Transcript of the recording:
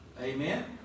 Amen